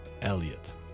Elliott